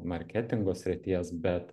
marketingo srities bet